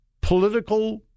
political